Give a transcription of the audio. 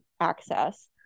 access